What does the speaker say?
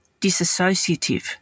disassociative